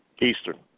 Eastern